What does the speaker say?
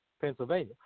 Pennsylvania